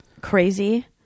crazy